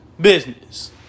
business